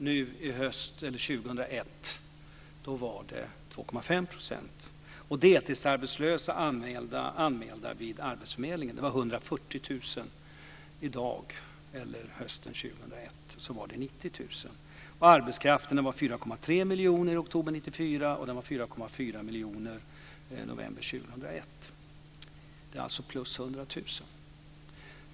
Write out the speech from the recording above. Nu Arbetskraften var 4,3 miljoner i oktober 1994 och den var 4,4 miljoner 2001. Det är alltså plus hundra tusen.